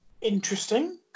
interesting